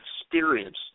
experience